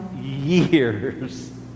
years